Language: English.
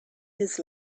his